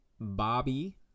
Bobby